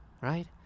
right